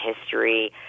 history